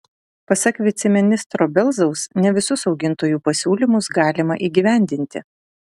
pasak viceministro belzaus ne visus augintojų pasiūlymus galima įgyvendinti